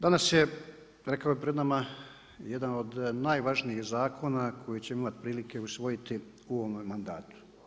Danas je rekao bih pred nama jedan od najvažnijih zakona koji ćemo imati prilike usvojiti u ovome mandatu.